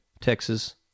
Texas